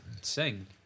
sing